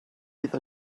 iddo